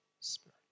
Spirit